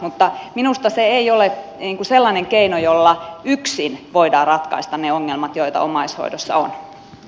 mutta minusta se ei ole sellainen keino jolla yksin voidaan ratkaista ne ongelmat joita omaishoidossan